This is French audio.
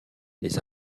les